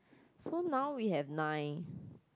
so now we have nine